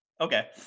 Okay